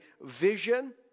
vision